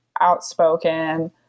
outspoken